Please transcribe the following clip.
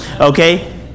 okay